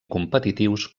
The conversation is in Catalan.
competitius